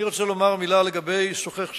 ואני רוצה לומר מלה לגבי סוכך סיסמי.